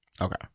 Okay